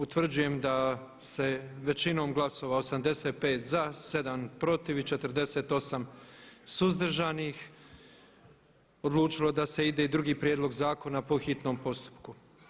Utvrđujem da se većinom glasova 85 za, 7 protiv i 48 suzdržanih odlučilo da se ide i drugi prijedlog zakona po hitnom postupku.